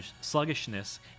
sluggishness